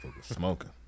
Smoking